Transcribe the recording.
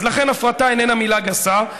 אז לכן הפרטה איננה מילה גסה.